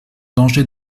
danger